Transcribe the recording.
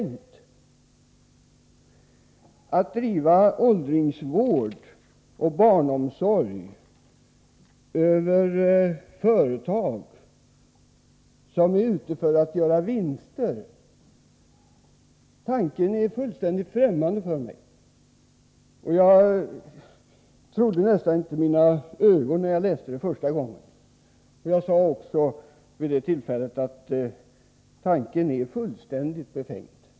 Tanken att driva åldringsvård och barnomsorg genom företag som är ute för att göra vinster är fullständigt främmande för mig. Jag trodde nästan inte mina ögon när jag läste det första gången. Jag sade också vid det tillfället att tanken är fullständigt befängd.